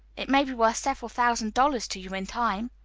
it may be worth several thousand dollars to you in time.